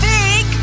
Big